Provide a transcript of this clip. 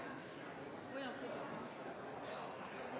og vi